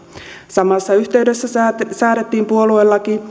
samassa yhteydessä säädettiin puoluelaki